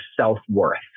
self-worth